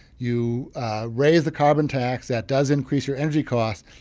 you raise the carbon tax. that does increase your energy costs,